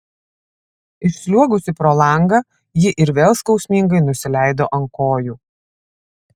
išsliuogusi pro langą ji ir vėl skausmingai nusileido ant kojų